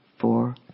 four